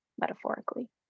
metaphorically